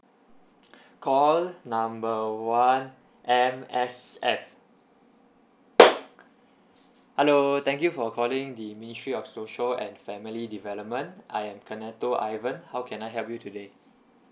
call number one M_S_F hello thank you for calling the ministry of social and family development I am kenetho ivan how can I help you today